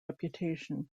reputation